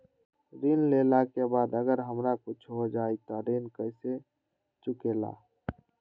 ऋण लेला के बाद अगर हमरा कुछ हो जाइ त ऋण कैसे चुकेला?